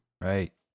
Right